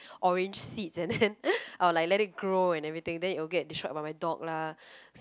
orange seeds and then I will like let it grow and everything then it will get destroyed by my dog lah